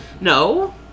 No